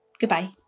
Goodbye